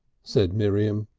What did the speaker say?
said miriam.